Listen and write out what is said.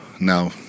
Now